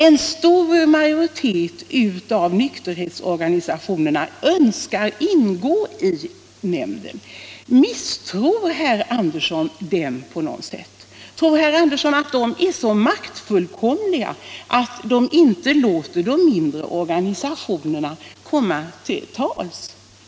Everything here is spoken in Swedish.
En stor majoritet av nykterhetsorganisationerna önskar ingå i nämnden. Vi brukar ju böja oss för majoritetens beslut. Misstror herr Andersson dessa organisationer på något sätt? Tror herr Andersson att de är så maktfullkomliga att de inte låter de mindre organisationerna komma till tals?